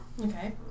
Okay